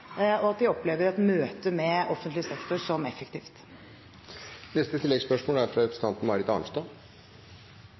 og at de opplever møtet med offentlig sektor som effektivt. Marit Arnstad – til oppfølgingsspørsmål. Det er